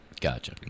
Gotcha